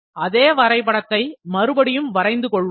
அதே வரைபடத்தை மறுபடியும் வரைந்து கொள்வோம்